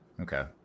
Okay